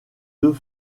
deux